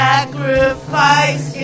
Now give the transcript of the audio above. Sacrifice